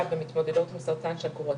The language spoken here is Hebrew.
לגבי השאלה הזאת של הגיל,